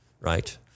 right